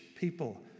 people